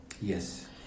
Yes